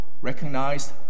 recognized